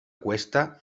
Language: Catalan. cuesta